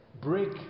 Break